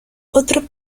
otro